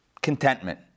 contentment